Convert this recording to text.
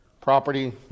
property